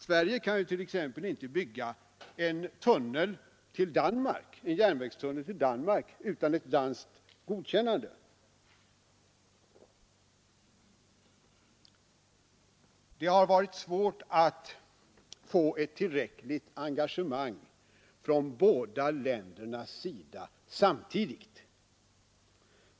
Sverige kan t.ex. inte bygga en järnvägstunnel till Danmark utan ett danskt godkännande. Det har varit svårt att få ett tillräckligt engagemang från båda länderna samtidigt.